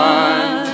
one